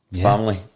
family